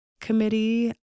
committee